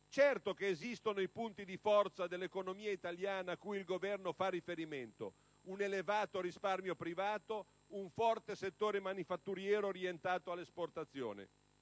Certo che esistono i punti di forza dell'economia italiana cui il Governo fa riferimento (un elevato risparmio privato ed un forte settore manifatturiero orientato all'esportazione),